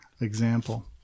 example